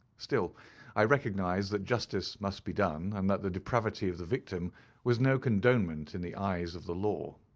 still i recognized that justice must be done, and that the depravity of the victim was no condonment eleven in the eyes of the law.